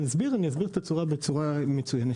אני אסביר בצורה מצוינת.